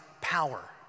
power